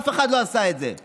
אף אחד לא עשה את זה,